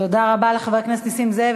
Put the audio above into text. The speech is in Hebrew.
תודה רבה לחבר הכנסת נסים זאב.